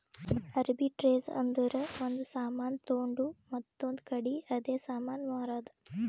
arbitrage ಅಂದುರ್ ಒಂದ್ ಸಾಮಾನ್ ತೊಂಡು ಮತ್ತೊಂದ್ ಕಡಿ ಅದೇ ಸಾಮಾನ್ ಮಾರಾದ್